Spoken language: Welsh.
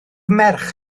merch